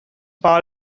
pal